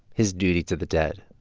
his duty to the dead,